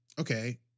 okay